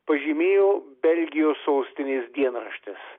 pažymėjo belgijos sostinės dienraštis